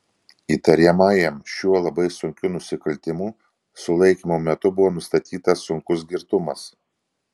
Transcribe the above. įtariamajam šiuo labai sunkiu nusikaltimu sulaikymo metu buvo nustatytas sunkus girtumas